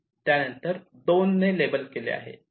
त्यानंतर 2 ने लेबल केले आहे